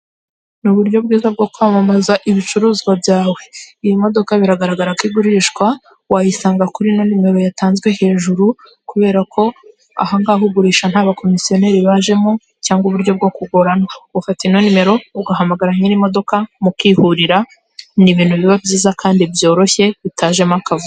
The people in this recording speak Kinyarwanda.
Ni uburyo bwiza bwo kwamamaza ibicuruzwa byawe. Iyi modoka biragaragara ko igurishwa wayisanga kuri no numero yatanzwe hejuru kubera ko aha ngaha ugurisha nta bakomisiyoneri bajemo cyangwa uburyo bwo kugorana. Ufata ino nimero ugahamagara nyirimodoka mukihurira, ni ibintu biba byiza kandi byoroshye bitajemo akavuyo.